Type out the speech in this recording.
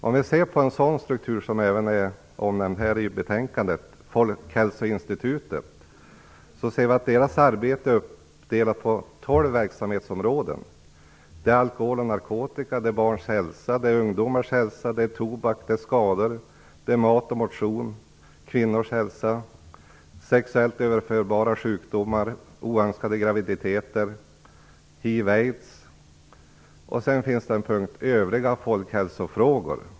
Om vi ser på en struktur som Folkhälsoinstitutet, som är omnämnt i betänkandet, ser vi att arbetet är uppdelat på 12 verksamhetsområden. Det är alkohol och narkotika, barns hälsa, ungdomars hälsa, tobak, skador, mat och motion, kvinnors hälsa, sexuellt överförbara sjukdomar, oönskade graviditeter och hiv och aids. Sedan finns punkten övriga folkhälsofrågor.